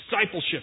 Discipleship